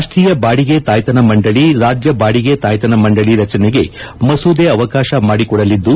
ರಾಫ್ಲೀಯ ಬಾಡಿಗೆ ತಾಯ್ತಾನ ಮಂಡಳಿ ರಾಜ್ಯ ಬಾಡಿಗೆ ತಾಯ್ತಾನ ಮಂಡಳಿ ರಚನೆಗೆ ಮಸೂದೆ ಅವಕಾಶ ಮಾಡಿಕೊಡಲಿದ್ದು